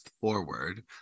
forward